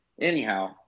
Anyhow